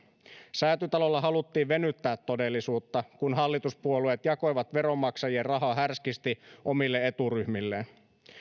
säätytalolla haluttiin venyttää todellisuutta kun hallituspuolueet jakoivat veronmaksajien rahaa härskisti omille eturyhmilleen